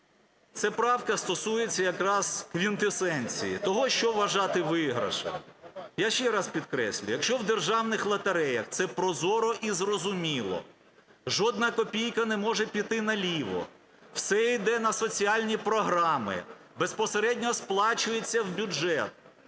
Ця правка стосується якраз квінтесенції того, що вважати виграшем. Я ще раз підкреслюю, якщо в державних лотереях це прозоро і зрозуміло, жодна копійка не може піти наліво, все іде на соціальні програми, безпосередньо сплачується в бюджет.